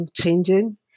changing